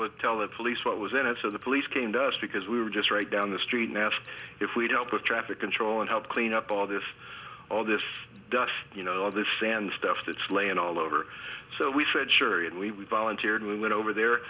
would tell the police what was in it so the police came to us because we were just right down the street and asked if we'd help with traffic control and help clean up all this all this dust all this sand stuff that's laying all over so we said sure and we volunteered we went over there